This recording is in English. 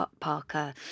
Parker